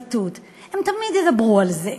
הם תמיד ידברו על זה,